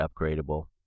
upgradable